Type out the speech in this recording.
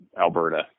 Alberta